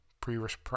previous